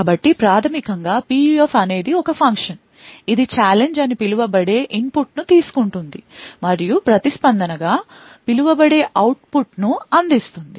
కాబట్టి ప్రాథమికంగా PUF అనేది ఒక ఫంక్షన్ ఇది ఛాలెంజ్ అని పిలువబడే ఇన్పుట్ను తీసుకుంటుంది మరియు ప్రతిస్పందనగా పిలువబడే అవుట్పుట్ను అందిస్తుంది